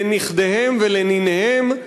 לנכדיהם ולניניהם.